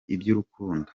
iby’urukundo